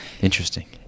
Interesting